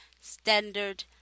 Standard